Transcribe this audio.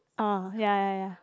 oh ya ya ya